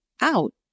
out